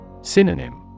Synonym